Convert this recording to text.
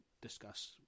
discuss